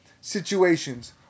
situations